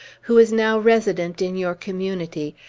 who is now resident in your community,